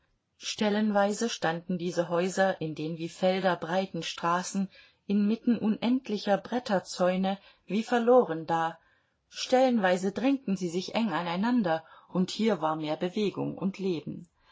stellenweise standen diese häuser in den wie felder breiten straßen inmitten unendlicher bretterzäune wie verloren da stellenweise drängten sie sich eng aneinander und hier war mehr bewegung und leben